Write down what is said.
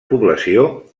població